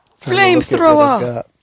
Flamethrower